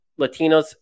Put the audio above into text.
Latinos